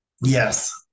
yes